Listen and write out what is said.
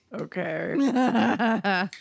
Okay